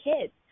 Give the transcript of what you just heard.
kids